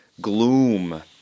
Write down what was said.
gloom